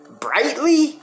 brightly